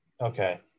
Okay